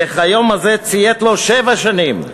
וכביום הזה כך ציית לו שבע שנים."